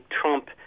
Trump